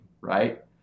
Right